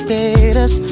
Status